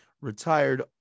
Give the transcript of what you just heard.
retired